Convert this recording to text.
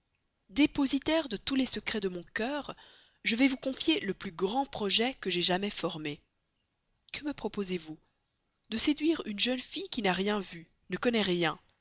dépositaire de tous les secrets de mon cœur je vais vous confier le plus grand projet qu'un conquérant ait jamais pu former que me proposez-vous de séduire une jeune fille qui n'a rien vu ne connaît rien